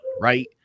right